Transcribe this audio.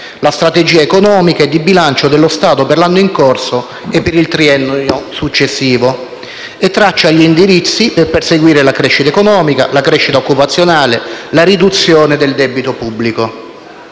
la strategia economica e di bilancio dello Stato per l'anno in corso e per il triennio successivo e traccia gli indirizzi per perseguire la crescita economica e occupazionale e la riduzione del debito pubblico.